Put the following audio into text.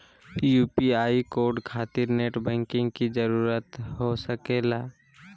UPI code खातिर net banking की जरूरत हो सके ला?